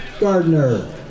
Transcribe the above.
Gardner